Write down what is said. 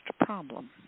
problem